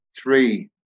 three